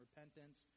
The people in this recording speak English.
repentance